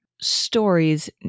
stories